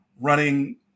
running